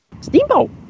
Steamboat